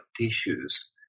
tissues